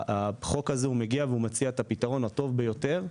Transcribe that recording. החוק הזה מגיע ומציע את הפתרון הטוב ביותר.